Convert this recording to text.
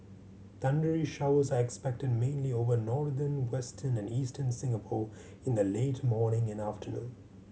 thundery showers are expected mainly over northern western and eastern Singapore in the late morning and afternoon